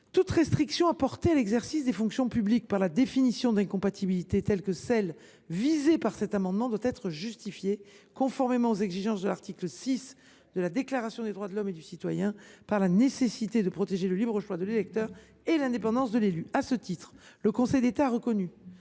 Toute restriction apportée à l’exercice des fonctions publiques par la définition de l’incompatibilité visée par cet amendement doit être justifiée, conformément aux exigences de l’article 6 de la Déclaration des droits de l’homme et du citoyen, par la nécessité de protéger le libre choix de l’électeur et l’indépendance de l’élu. À ce titre, le Conseil d’État a estimé,